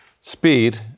Speed